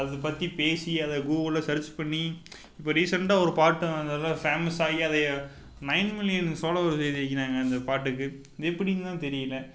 அது பற்றி பேசி அதை கூகுளில் சர்ச் பண்ணி இப்போ ரீசண்டாக ஒரு பாட்டு அது நல்லா ஃபேமஸாகி அதை நைன் மில்லியன் ஃபாலோவர்ஸ் இருக்கிறாங்க இந்த பாட்டுக்கு எப்படிதான் தெரியலை